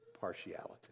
partiality